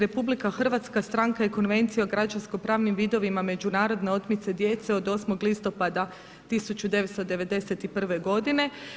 RH stranka je konvencije o građansko pravnim vidovima međunarodne otmice djece od 8. listopada 1991. godine.